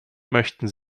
möchten